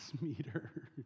meter